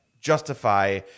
justify